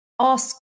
ask